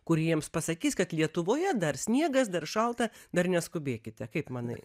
kuri jiems pasakys kad lietuvoje dar sniegas dar šalta dar neskubėkite kaip manai